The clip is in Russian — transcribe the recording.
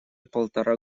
полтора